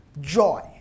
joy